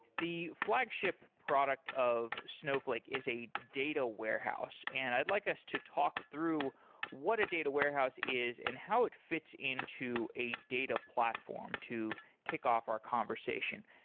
the flagship product of snowflake is a data warehouse, and i'd like us to talk through what a data warehouse is and how it fits into a data platform to kick off our conversation.